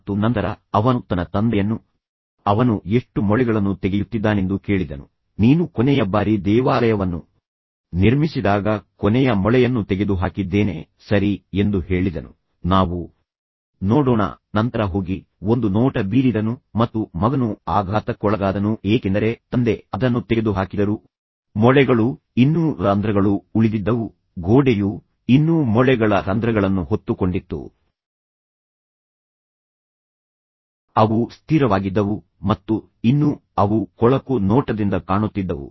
ಮತ್ತು ನಂತರ ಅವನು ತನ್ನ ತಂದೆಯನ್ನು ಅವನು ಎಷ್ಟು ಮೊಳೆಗಳನ್ನು ತೆಗೆಯುತ್ತಿದ್ದಾನೆಂದು ಕೇಳಿದನು ಮಗ ನೀನು ಕೊನೆಯ ಬಾರಿ ದೇವಾಲಯವನ್ನು ನಿರ್ಮಿಸಿದಾಗ ನಾನು ಕೊನೆಯ ಮೊಳೆಯನ್ನು ತೆಗೆದುಹಾಕಿದ್ದೇನೆ ಓಹ್ ಸರಿ ಅವನು ಸರಿ ಎಂದು ಹೇಳಿದನು ನಾವು ನೋಡೋಣ ಮತ್ತು ನಂತರ ಹೋಗಿ ಒಂದು ನೋಟ ಬೀರಿದನು ಮತ್ತು ಮಗನು ಆಘಾತಕ್ಕೊಳಗಾದನು ಏಕೆಂದರೆ ತಂದೆ ಅದನ್ನು ತೆಗೆದುಹಾಕಿದರೂ ಮೊಳೆಗಳು ಇನ್ನೂ ರಂಧ್ರಗಳು ಉಳಿದಿದ್ದವು ಗೋಡೆಯು ಇನ್ನೂ ಮೊಳೆಗಳ ರಂಧ್ರಗಳನ್ನು ಹೊತ್ತುಕೊಂಡಿತ್ತು ಅವು ಸ್ಥಿರವಾಗಿದ್ದವು ಮತ್ತು ಇನ್ನೂ ಅವು ಕೊಳಕು ನೋಟದಿಂದ ಕಾಣುತ್ತಿದ್ದವು